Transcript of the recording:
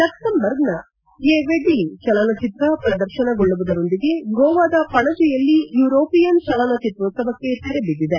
ಲಕ್ಸಂಬರ್ಗ್ನ a wedding ಚಲನಚಿತ್ರ ಪ್ರದರ್ಶನಗೊಳ್ಳುವುದರೊಂದಿಗೆ ಗೋವಾದ ಪಣಜಿಯಲ್ಲಿ ಯೂರೋಪಿಯನ್ ಚಲನಚಿತ್ರೋತ್ಸವಕ್ಕೆ ತೆರೆಬಿದ್ದಿದೆ